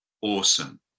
awesome